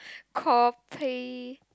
copy